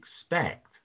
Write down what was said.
expect